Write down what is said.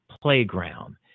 playground